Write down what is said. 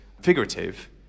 figurative